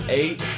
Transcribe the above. eight